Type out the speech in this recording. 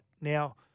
Now